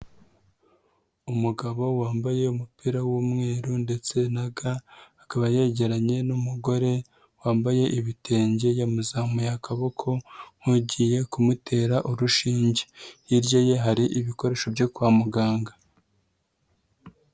Umugabo wambaye umupira w'umweru ndetse na ga akaba yegeranye n'umugore wambaye ibitenge yamuzamuye akaboko nk'ugiye kumutera urushinge, hirya ye hari ibikoresho byo kwa muganga.